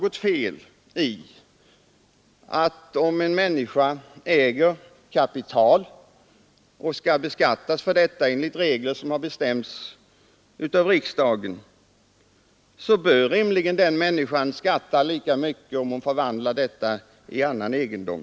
Om en människa äger kapital och skall beskattas för detta enligt regler som har fastställts av riksdagen, bör hon rimligtvis skatta lika mycket, även om hon förvandlar kapitalet till annan egendom.